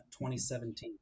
2017